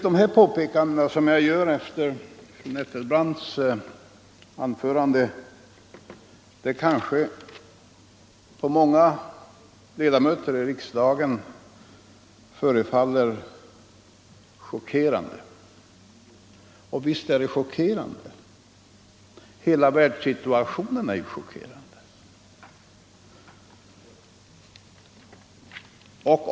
Dessa påpekanden, som jag gör efter fru Nettelbrandts anförande, kanske förefaller många ledamöter i riksdagen chockerande. Visst är det chockerande — hela världssituationen är chockerande.